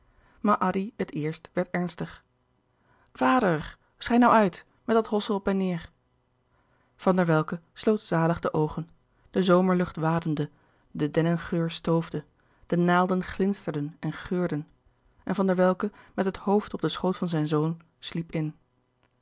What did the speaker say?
maar addy het eerst werd ernstig vader schei nou uit met dat hossen op en neêr van der welcke sloot zalig de oogen de zomerlucht wademde de dennengeur stoofde de naalden glinsterden en geurden en van der welcke met het hoofd op den schoot van zijn zoon sliep in